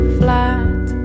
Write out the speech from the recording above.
flat